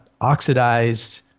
oxidized